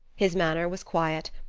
his manner was quiet,